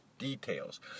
details